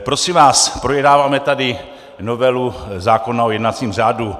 Prosím vás, projednáváme tady novelu zákona o jednacím řádu.